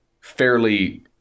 fairly